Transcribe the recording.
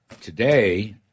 today